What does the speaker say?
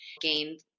gained